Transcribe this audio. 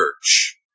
church